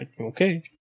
okay